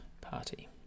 party